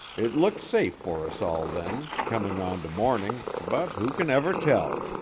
it looked safe for us all then, coming on to morning, but who can ever tell?